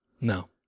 No